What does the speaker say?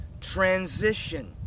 transition